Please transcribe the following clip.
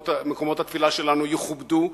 שמקומות התפילה שלנו יכובדו,